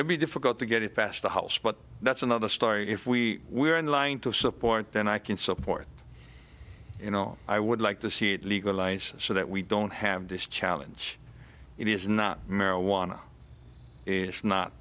it be difficult to get it passed the house but that's another story if we were in line to support then i can support you know i would like to see it legalized so that we don't have this challenge it is not marijuana it's not